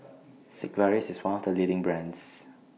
Sigvaris IS one of The leading brands